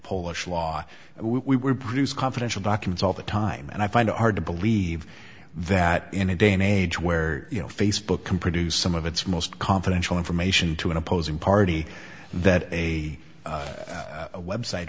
polish law and we were produced confidential documents all the time and i find it hard to believe that in a day and age where you know facebook can produce some of its most confidential information to an opposing party that a website